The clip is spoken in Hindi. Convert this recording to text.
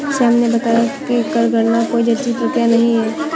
श्याम ने बताया कि कर गणना कोई जटिल प्रक्रिया नहीं है